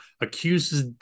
accuses